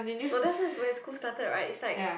no that's that's when school started right it's like